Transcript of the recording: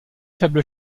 faible